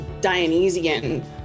Dionysian